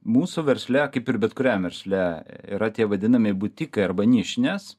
mūsų versle kaip ir bet kuriam versle yra tie vadinami butikai arba nišnės